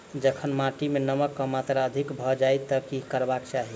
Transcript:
जखन माटि मे नमक कऽ मात्रा अधिक भऽ जाय तऽ की करबाक चाहि?